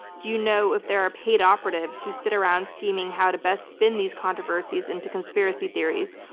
do you know if there are paid operatives who sit around scheming how to best spin these controversies into conspiracy theories,